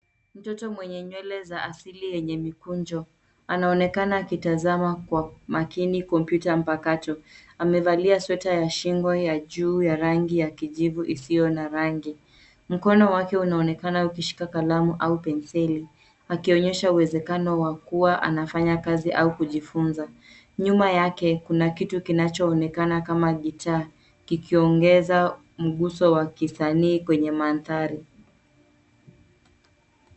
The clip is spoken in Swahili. Mtoto mwenye nywele za asili yenye mikunjo anaonekana akitazama kwa makini kompyuta mpakato. Amevalia sweta ya shingo ya juu ya rangi ya kijivu isiyo na rangi. Mkono wake unaonekana ukishika kalamu au penseli akionyesha uwezakano wa kuwa anafanya kazi au kujifunza. Nyuma yake kuna kitu kinachoonekana kama gitaa kikiongeza mguso wa kisanii kwenye mandhari.